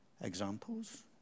Examples